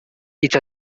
each